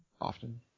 often